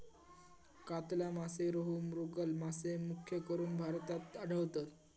कातला मासे, रोहू, मृगल मासे मुख्यकरून भारतात आढळतत